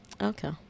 Okay